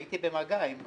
הייתי במגע עם אנשים,